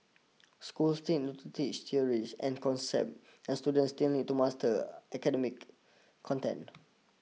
schools still need to teach theories and concepts and students still need to master academic content